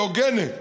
היא הוגנת.